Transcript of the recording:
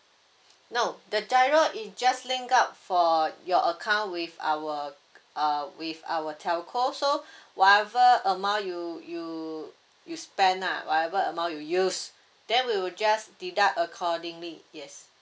no the GIRO is just link up for your account with our uh with our telco so whatever amount you you you spend lah whatever amount you use then will just deduct accordingly yes